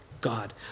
God